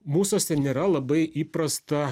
mūsuose nėra labai įprasta